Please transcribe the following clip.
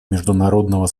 международного